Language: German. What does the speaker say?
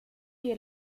die